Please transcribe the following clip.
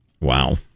Wow